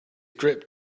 grip